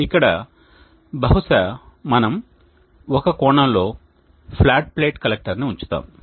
ఇక్కడ బహుశా మనము ఒక కోణంలో ఫ్లాట్ ప్లేట్ కలెక్టర్ను ఉంచుతాము